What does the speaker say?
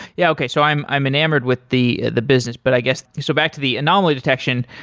yeah okay. so i'm i'm enamored with the the business, but i guess so back to the anomaly detection.